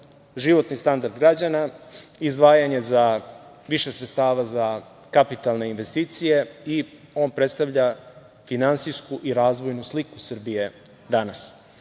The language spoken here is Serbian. životni standard građana, izdvajanja više sredstava za kapitalne investicije i on predstavlja finansijsku i razvojnu sliku Srbije danas.U